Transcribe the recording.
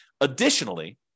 Additionally